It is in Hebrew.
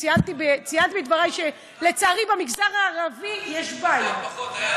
ציינתי בדברי שלצערי במגזר הערבי יש בעיה.